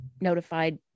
notified